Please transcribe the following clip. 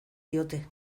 diote